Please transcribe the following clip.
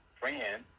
friend